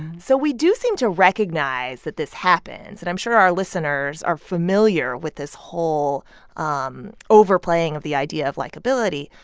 so we do seem to recognize that this happens, and i'm sure our listeners are familiar with this whole um overplaying of the idea of likability.